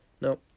No